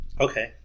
Okay